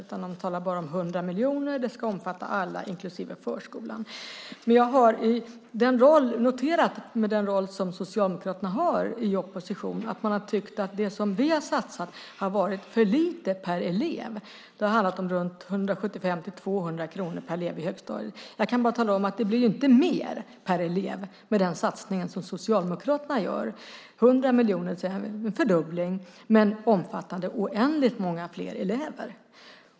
De talar bara om 100 miljoner och att det ska omfatta alla, inklusive förskolan. Men jag har noterat att Socialdemokraterna i sin oppositionsroll har tyckt att det som vi har satsat har inneburit för lite per elev. Det har handlat om runt 175-200 kronor per elev i högstadiet. Jag kan bara tala om att det inte blir mer per elev med den satsning som Socialdemokraterna gör. 100 miljoner är en fördubbling, men det omfattar då oändligt många fler elever.